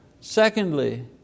Secondly